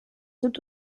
dut